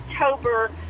October